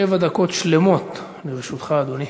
שבע דקות שלמות לרשותך, אדוני.